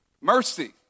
Mercy